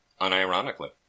Unironically